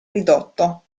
ridotto